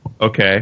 Okay